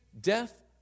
Death